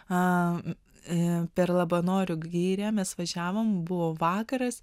per labanoro girią mes važiavom buvo vakaras